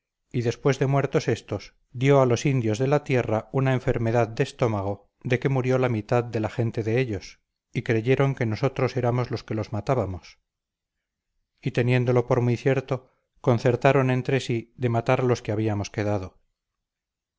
y después de muertos éstos dio a los indios de la tierra una enfermedad de estómago de que murió la mitad de la gente de ellos y creyeron que nosotros éramos los que los matábamos y teniéndolo por muy cierto concertaron entre sí de matar a los que habíamos quedado